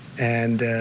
and